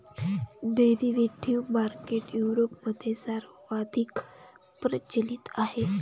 derivative market युरोपमध्ये सर्वाधिक प्रचलित आहे